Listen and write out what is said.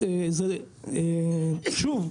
שוב,